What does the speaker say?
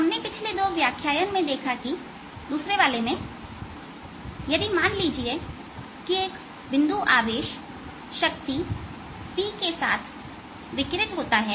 हमने पिछले दो व्याख्यान में देखा है दूसरे वाले में यदि मान लीजिए कि एक बिंदु आवेश शक्ति P के साथ विकिरित होता है